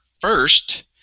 first